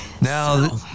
Now